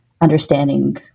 understanding